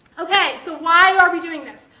okay, so why are we doing this?